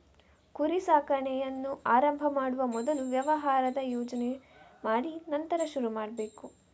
ಕುರಿ ಸಾಕಾಣೆಯನ್ನ ಆರಂಭ ಮಾಡುವ ಮೊದಲು ವ್ಯವಹಾರದ ಯೋಜನೆ ಮಾಡಿ ನಂತರ ಶುರು ಮಾಡ್ಬೇಕು